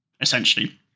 essentially